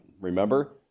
remember